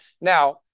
Now